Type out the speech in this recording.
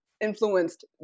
influenced